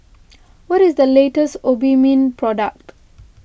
what is the latest Obimin product